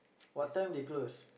what time they close